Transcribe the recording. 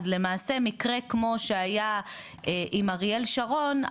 אז למעשה מקרה כמו שהיה עם אריאל שרון,